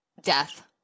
death